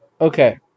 Okay